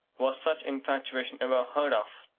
was such infatuation ever heard of?